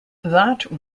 that